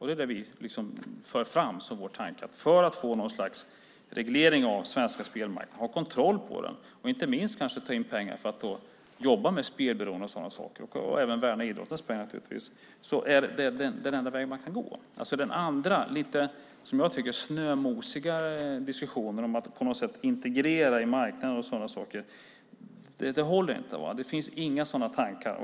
Det är det som vi för fram som vår tanke, alltså att för att få något slags reglering av den svenska spelmarknaden och ha kontroll över den och kanske inte minst ta in pengar för att jobba med spelberoende och så vidare och naturligtvis även värna idrottens pengar är det den enda väg som man kan gå. Den andra, som jag tycker, snömosiga diskussionen om att på något sätt integrera på marknaden håller inte. Det finns inga sådana tankar.